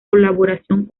colaboración